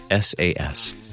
sas